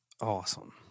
awesome